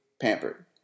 pampered